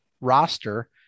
roster